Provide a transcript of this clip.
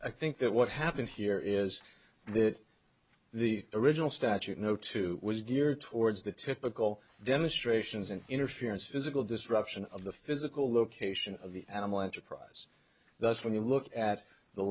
i think that what happened here is that the original statute no two was geared towards the typical demonstrations and interference physical disruption of the physical location of the animal enterprise that's when you look at the